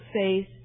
face